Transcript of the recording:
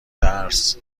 درس